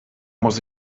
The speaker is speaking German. muss